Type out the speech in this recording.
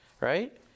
right